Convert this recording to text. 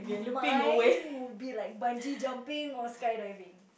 mine would be like bungee jumping or skydiving